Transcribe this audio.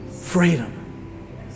Freedom